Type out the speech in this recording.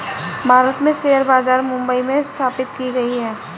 भारत में शेयर बाजार मुम्बई में स्थापित की गयी है